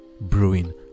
brewing